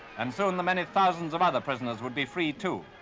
and soon the many thousands of other prisoners would be free, too,